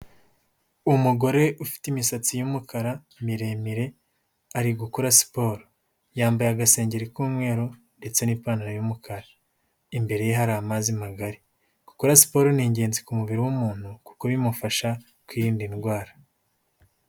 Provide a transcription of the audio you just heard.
Umugore ufite imisatsi y’umukara miremire ari gukora siporo, yambaye agasengeri k'umweru ndetse n'ipantaro y’umukara, imbere ye hari amazi magari. Gukora siporo ni ingenzi ku mubiri w'umuntu kuko bimufasha kwirinda indwara.